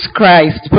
Christ